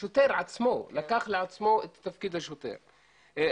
השוטר עצמו לקח לעצמו את התפקיד השופט.